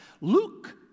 Luke